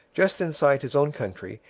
just inside his own country,